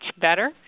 better